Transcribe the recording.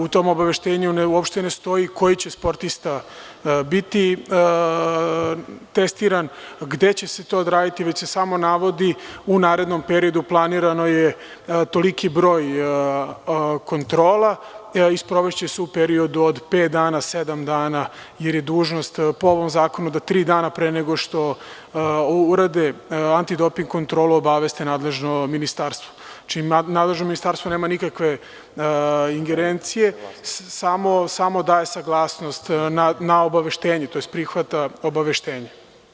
U tom obaveštenju uopšte ne stoji koji će sportista biti testiran i gde će se to odraditi, već se samo navodi - u narednom periodu planiran je toliki broj kontrola i sprovešće se u periodu od pet dana, sedam dana, jer je po ovom zakonu dužnost da tri dana pre nego što urade antidoping kontrolu obaveste nadležno ministarstvo, čime nadležno ministarstvo nema nikakve ingerencije, samo daje saglasnost na obaveštenje, tj. prihvata obaveštenje.